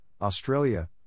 Australia